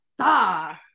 star